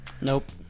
Nope